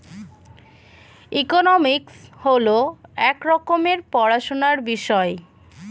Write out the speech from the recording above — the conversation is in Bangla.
ইকোনমিক্স হল এক রকমের পড়াশোনার বিষয়